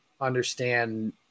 understand